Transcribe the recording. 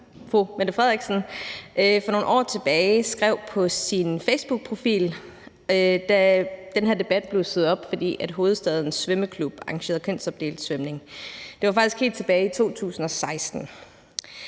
for nogle år tilbage skrev på sin facebookprofil, da den her debat blussede op, fordi Hovedstadens Svømmeklub arrangerede kønsopdelt svømning. Det var faktisk helt tilbage i 2016.